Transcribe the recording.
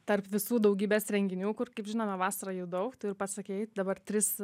tarp visų daugybės renginių kur kaip žinome vasarą jų daug tu ir pasakei dabar tris